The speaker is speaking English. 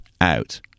out